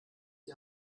die